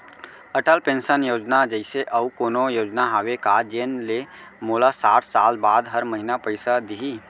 Atal pension Yojana जइसे अऊ कोनो योजना हावे का जेन ले मोला साठ साल बाद हर महीना पइसा दिही?